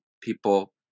people